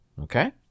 okay